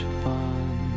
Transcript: fun